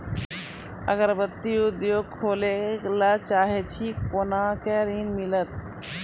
अगरबत्ती उद्योग खोले ला चाहे छी कोना के ऋण मिलत?